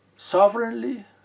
Sovereignly